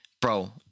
Bro